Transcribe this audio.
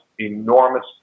enormous